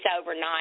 overnight